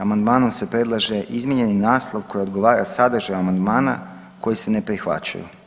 Amandmanom se predlaže izmijenjeni naslov koji odgovara sadržaju amandmana koji se ne prihvaćaju.